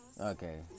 Okay